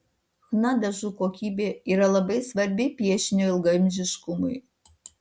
chna dažų kokybė yra labai svarbi piešinio ilgaamžiškumui